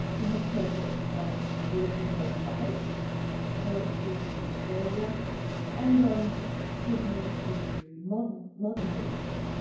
he has projects on the everyday life of poetry in australia and on sydney literary modern modernism.